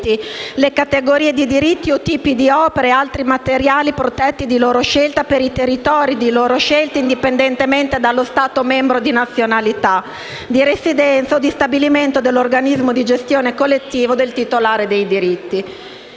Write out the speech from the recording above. le categorie di diritti, o tipi di opere e altri materiali protetti di loro scelta per i territori di loro scelta, indipendentemente dallo Stato membro di nazionalità, di residenza o di stabilimento dell'organismo di gestione collettiva del titolare dei diritti.